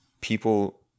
people